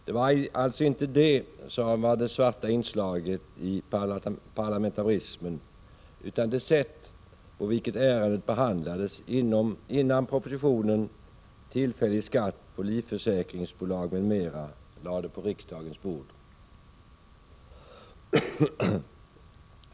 Det var alltså inte detta som var det svarta inslaget i parlamentarismen utan det sätt på vilket ärendet behandlades, innan propositionen om en tillfällig förmögenhetsskatt på livförsäkringsbolag, m.m. lades på riksdagens bord.